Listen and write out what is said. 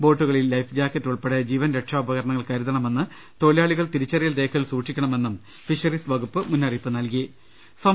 ബോട്ടുകളിൽ life jacket ഉൾപ്പെടെ ജീവൻരക്ഷാഉപകരണങ്ങൾ കരുതണമെന്നും തൊഴിലാളികൾ തിരിച്ചറിയൽ രേഖകൾ സൂക്ഷിക്കണമെന്നും ഫിഷറീസ് വകുപ്പ് മുന്നറിയിപ്പ് നൽകിയിട്ടുണ്ട്